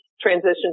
transition